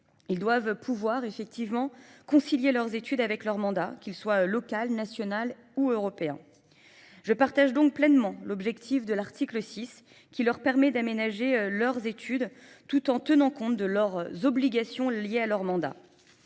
Ils doivent pouvoir effectivement concilier leurs études avec leur mandat, qu'ils soient local, national ou européen. Je partage donc pleinement l'objectif de l'article 6 qui leur permet d'aménager leurs études tout en tenant compte de leurs obligations liées à leur mandat.